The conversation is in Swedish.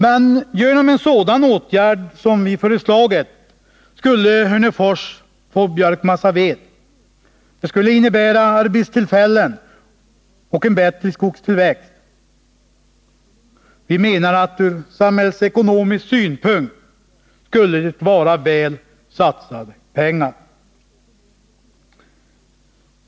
Men genom en sådan åtgärd som vi föreslagit skulle Hörnefors få björkmassaved, och det skulle innebära arbetstillfällen och en bättre skogstillväxt. Ur samhällsekonomisk synpunkt skulle det vara väl satsade pengar.